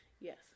Yes